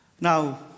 Now